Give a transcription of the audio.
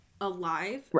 alive